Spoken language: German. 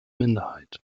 minderheit